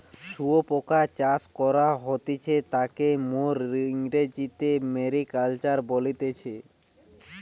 শুয়োপোকা চাষ করা হতিছে তাকে মোরা ইংরেজিতে সেরিকালচার বলতেছি